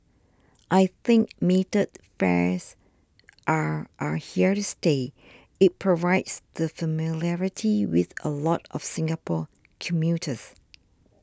I think metered fares are are here to stay it provides that familiarity with a lot of Singapore commuters